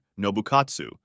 Nobukatsu